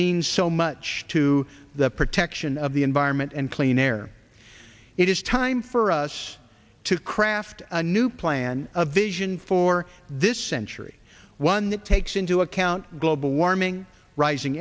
means so much to the protection of the environment and clean air it is time for us to craft a new plan a vision for this century one that takes into account global warming rising